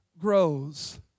grows